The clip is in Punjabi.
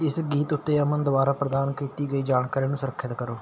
ਇਸ ਗੀਤ ਉੱਤੇ ਅਮਨ ਦੁਆਰਾ ਪ੍ਰਦਾਨ ਕੀਤੀ ਗਈ ਜਾਣਕਾਰੀ ਨੂੰ ਸੁਰੱਖਿਅਤ ਕਰੋ